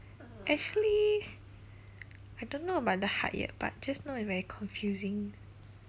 actually I don't know about the hard yet but just now very confusing